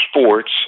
sports